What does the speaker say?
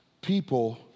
people